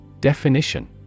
Definition